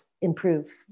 improve